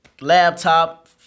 laptop